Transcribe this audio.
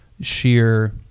sheer